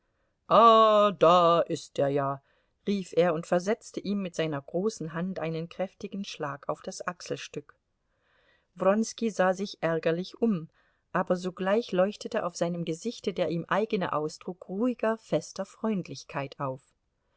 da ist er ja rief er und versetzte ihm mit seiner großen hand einen kräftigen schlag auf das achselstück wronski sah sich ärgerlich um aber sogleich leuchtete auf seinem gesichte der ihm eigene ausdruck ruhiger fester freundlichkeit auf